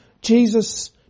Jesus